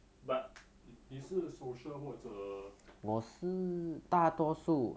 but 你是 social 或者